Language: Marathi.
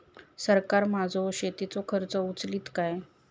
सरकार माझो शेतीचो खर्च उचलीत काय?